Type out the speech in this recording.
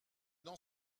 n’en